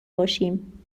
باشیم